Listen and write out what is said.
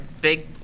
big